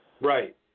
Right